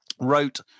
wrote